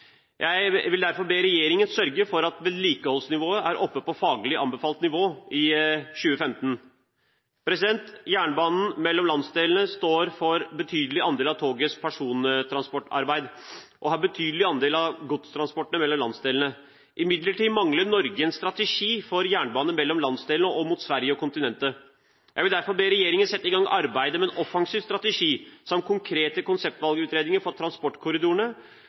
Jeg vil derfor be regjeringen sørge for at vedlikeholdet er på faglig anbefalt nivå i 2015. Jernbanen mellom landsdelene står for en betydelig andel av togets persontransportarbeid og har en betydelig andel av godstransportene mellom landsdelene. Imidlertid mangler Norge en strategi for jernbane mellom landsdelene og mot Sverige og kontinentet. Jeg vil derfor be regjeringen sette i gang arbeidet med en offensiv strategi samt konkrete konseptvalgutredninger for transportkorridorene,